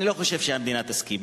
אני לא חושב שהמדינה תסכים,